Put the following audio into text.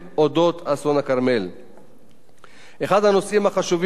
אחד הנושאים החשובים בהצעת החוק הוא העברת הטיפול באירועי